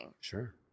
Sure